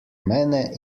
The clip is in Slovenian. mene